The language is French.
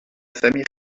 famille